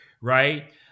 right